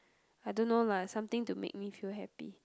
I don't know lah something to make me feel happy